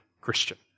Christian